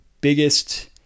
biggest